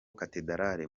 cathedrale